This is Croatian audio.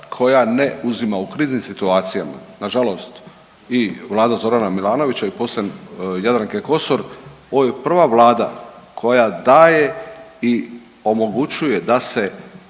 koja ne uzima u kriznim situacijama. Nažalost i vlada Zorana Milanovića i poslije Jadranke Kosor, ovo je prva vlada koja daje i omogućuje da se